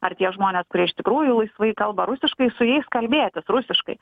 ar tie žmonės kurie iš tikrųjų laisvai kalba rusiškai su jais kalbėtis rusiškai